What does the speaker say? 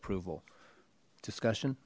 approval discussion